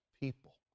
people